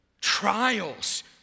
Trials